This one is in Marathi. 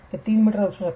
ते 3m असू शकते